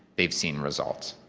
they've seen results.